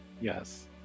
Yes